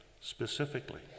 specifically